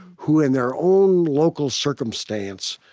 who, in their own local circumstance,